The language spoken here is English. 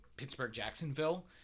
Pittsburgh-Jacksonville